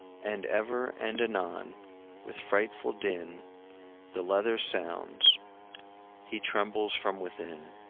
and ever and anon with frightful din the leather sounds he trembles from within.